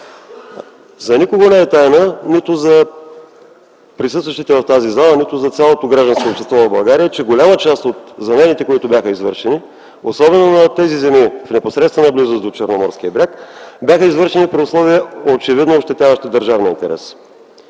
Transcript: За никого не е тайна – нито за присъстващите в тази зала, нито за гражданското общество в България, че голяма част от замените, особено на тези земи в непосредствена близост до черноморския бряг, бяха извършени при условия, очевидно ощетяващи държавния интерес.